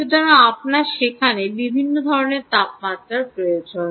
সুতরাং আপনার সেখানে বিভিন্ন ধরণের তাপমাত্রা পরিমাপ প্রয়োজন